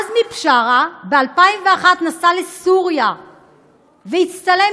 עזמי בשארה ב-2001 נסע לסוריה והצטלם